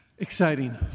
Exciting